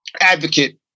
advocate